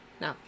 No